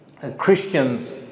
Christians